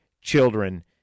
children